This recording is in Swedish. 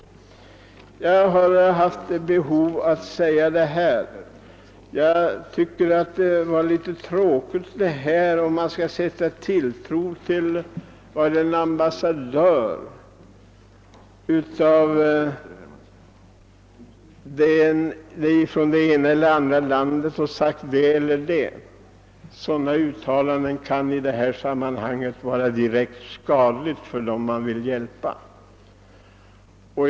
Jag har haft ett behov av att säga det här. Skall man sätta tilltro till vad en ambassadör från ett annat land har sagt? Sådana uttalanden kan vara direkt skadliga för dem man vill hjälpa.